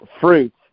fruit